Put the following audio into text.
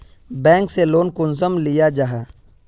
Bank से loan कुंसम लिया जाहा?